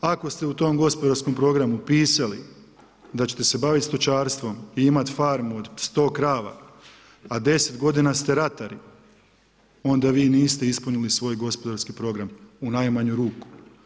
Ako ste u tom gospodarskom programu pisali da ćete se baviti stočarstvom i imat farmu od 200 krava, a 10 godina ste ratari onda vi niste ispunili svoj gospodarski program u najmanju ruku.